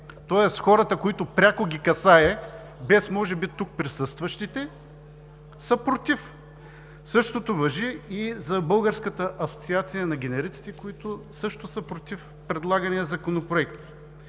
Тоест хората, които пряко ги касае, може би без тук присъстващите, са против. Същото важи и за Българската асоциация на генериците, които са против предлагания Законопроект.